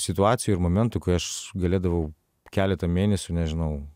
situacijų ir momentų kai aš galėdavau keletą mėnesių nežinau